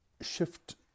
shift